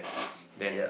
then